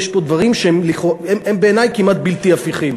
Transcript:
יש פה דברים שהם בעיני כמעט בלתי הפיכים.